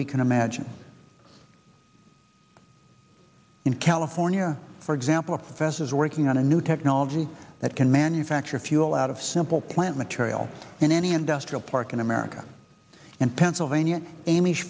we can imagine in california for example a professor is working on a new technology that can manufacture fuel out of simple plant material in any industrial park in america and pennsylvania amish